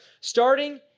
starting